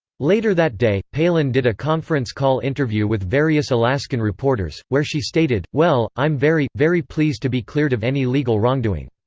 later that day, palin did a conference call interview with various alaskan reporters, where she stated, well, i'm very, very pleased to be cleared of any legal wrongdoing.